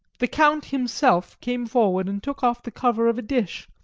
the count himself came forward and took off the cover of a dish,